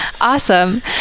Awesome